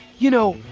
you know,